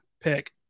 pick